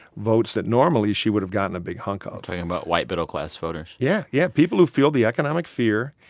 votes that normally she would've gotten a big hunk of talking about white, middle-class voters yeah, yeah, people who feel the economic fear.